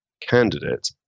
candidate